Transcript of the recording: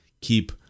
keep